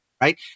right